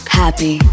happy